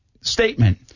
statement